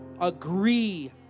agree